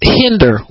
hinder